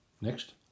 Next